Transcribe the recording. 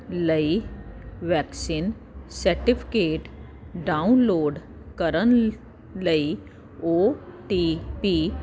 ਲਈ vaccine certificate download ਕਰਨ ਲਈ ਓ ਟੀ ਪੀ